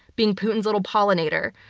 being putin's little pollinator,